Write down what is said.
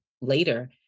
later